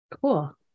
Cool